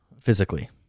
physically